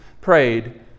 prayed